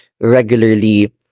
regularly